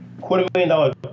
quarter-million-dollar